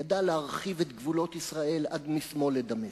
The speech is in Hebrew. ידע להרחיב את גבולות ישראל עד משמאל לדמשק,